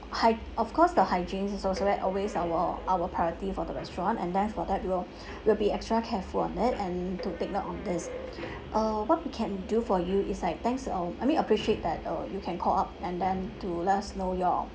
hy~ of course the hygiene is also wa~ always our our priority for the restaurant and then for that we will we'll be extra careful on it and to take note on this uh what we can do for you is like thanks uh I mean appreciate that uh you can call up and then to let us know your